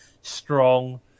strong